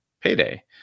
payday